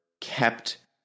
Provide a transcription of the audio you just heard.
kept